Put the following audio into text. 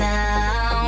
now